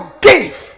give